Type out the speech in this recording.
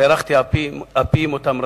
והארכתי אפי עם אותן רשויות.